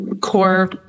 core